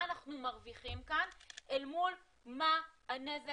מה אנחנו מרוויחים כאן אל מול מה הנזק